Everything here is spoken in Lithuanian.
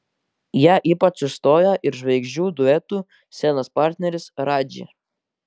ją ypač užstojo ir žvaigždžių duetų scenos partneris radži